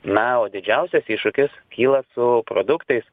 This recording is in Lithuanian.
na o didžiausias iššūkis kyla su produktais